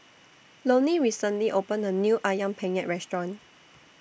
Lonny recently opened A New Ayam Penyet Restaurant